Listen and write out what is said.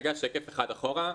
רגע, שקף אחד אחורה,